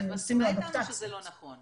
אבל את מסכימה איתנו שזה לא נכון,